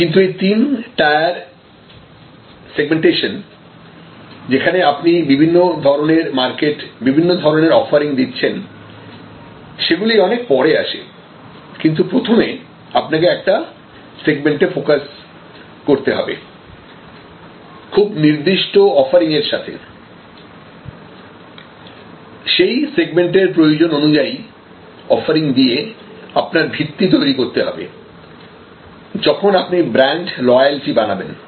কিন্তু এই তিন টায়ার সেগমেন্টেশন যেখানে আপনি বিভিন্ন ধরনের মার্কেট বিভিন্ন ধরনের অফারিং দিচ্ছেন সেগুলি অনেক পরে আসে কিন্তু প্রথমে আপনাকে একটা সেগমেন্টে ফোকাস করতে হবে খুব নির্দিষ্ট অফারিং এর সাথে সেই সেগমেন্টের প্রয়োজন অনুযায়ী অফারিং দিয়ে আপনার ভিত্তি তৈরি করতে হবেযখন আপনি ব্র্যান্ড লয়ালটি বানাবেন